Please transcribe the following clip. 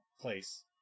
place